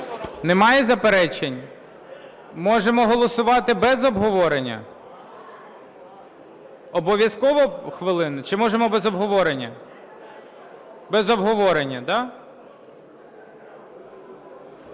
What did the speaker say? Немає заперечень? Можемо голосувати без обговорення? (Шум у залі) Обов'язково хвилину, чи можемо без обговорення? Без обговорення, да?